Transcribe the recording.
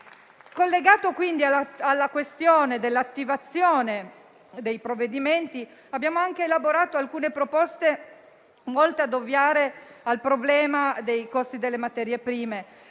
Con riguardo alla questione dell'attivazione dei provvedimenti, abbiamo anche elaborato alcune proposte volte ad ovviare al problema dei costi delle materie prime.